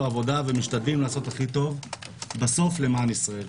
עבודה ומשתדלים לעשות הכי טוב בסוף למען ישראל.